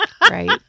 Right